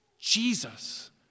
Jesus